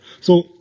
So-